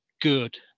good